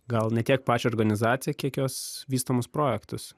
gal ne tiek pačią organizaciją kiek jos vystomus projektus